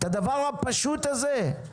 את הדבר הפשוט הזה?